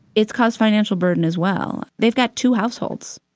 it's caused financial burden as well. they've got two households,